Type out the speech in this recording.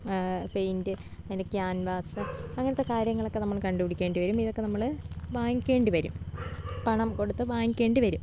paint അതിൻ്റെ canvas അങ്ങനത്തെ കാര്യങ്ങൾ ഒക്കെ നമ്മൾ കണ്ടുപിടിക്കേണ്ടി വരും ഇതൊക്കെ നമ്മൾ വാങ്ങിക്കേണ്ടിവരും പണം കൊടുത്ത് വാങ്ങിക്കേണ്ടിവരും